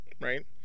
right